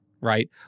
Right